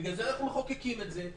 בגלל זה אנחנו מחוקקים את זה,